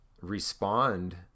respond